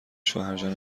شوهرجان